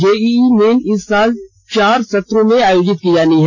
JEE main इस साल चार सत्रों में आयोजित की जानी है